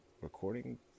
recording